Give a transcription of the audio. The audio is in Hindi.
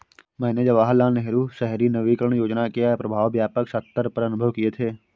मैंने जवाहरलाल नेहरू शहरी नवीनकरण योजना के प्रभाव व्यापक सत्तर पर अनुभव किये थे